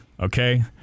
okay